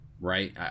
right